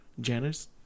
Janice